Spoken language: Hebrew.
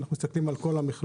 אנחנו מסתכלים על כל המכלול.